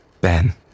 Ben